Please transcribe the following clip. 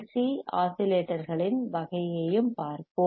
C ஆஸிலேட்டர்களின் வகையையும் பார்ப்போம்